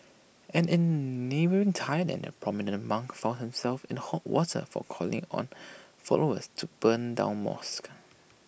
and in neighbouring Thailand A prominent monk found himself in hot water for calling on followers to burn down mosques